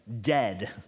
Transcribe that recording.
dead